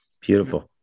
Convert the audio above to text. Beautiful